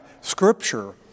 Scripture